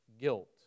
guilt